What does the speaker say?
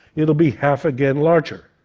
it will be half again larger.